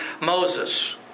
Moses